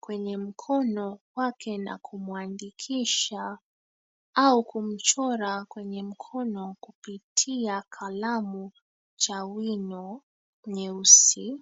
kwenye mkono wake na kumuandikisha au kumchora kwenye mkono kupitia kalamu cha wino nyeusi.